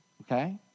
Okay